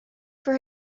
for